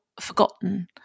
forgotten